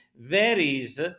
varies